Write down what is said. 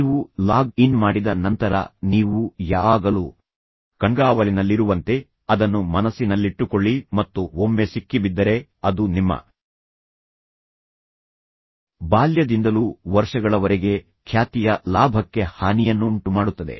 ನೀವು log in ಮಾಡಿದ ನಂತರ ನೀವು ಯಾವಾಗಲೂ ಕಣ್ಗಾವಲಿನಲ್ಲಿರುವಂತೆ ಅದನ್ನು ಮನಸ್ಸಿನಲ್ಲಿಟ್ಟುಕೊಳ್ಳಿ ಮತ್ತು ಒಮ್ಮೆ ಸಿಕ್ಕಿಬಿದ್ದರೆ ಅದು ನಿಮ್ಮ ಬಾಲ್ಯದಿಂದಲೂ ವರ್ಷಗಳವರೆಗೆ ಖ್ಯಾತಿಯ ಲಾಭಕ್ಕೆ ಹಾನಿಯನ್ನುಂಟುಮಾಡುತ್ತದೆ